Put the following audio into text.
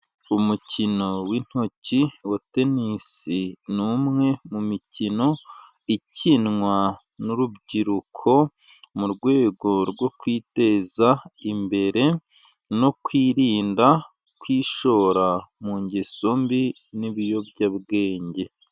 Umukino w'intoki wa tenisi ni umwe mu mikino ikinwa n'urubyiruko, mu rwego rwo kwiteza imbere no kwirinda kwishora mu ngeso mbi n'ibiyobyabwenge.